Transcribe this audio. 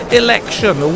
election